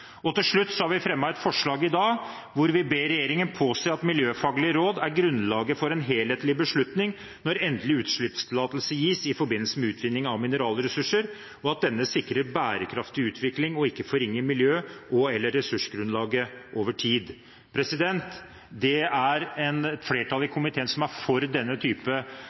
Til slutt: Vi har i dag fremmet et forslag, som jeg tar opp, hvor vi «ber regjeringen påse at miljøfaglige råd er grunnlaget for en helhetlig beslutning når endelig utslippstillatelse gis i forbindelse med utvinning av mineralressurser, og at denne sikrer bærekraftig utvikling og ikke forringer miljø og/eller ressursgrunnlaget over tid». Det er et flertall i komiteen som er for denne